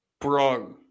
Bro